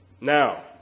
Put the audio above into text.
Now